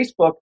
Facebook